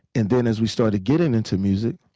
and then as we started getting into music,